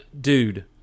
dude